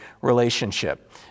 relationship